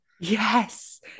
Yes